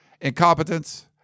incompetence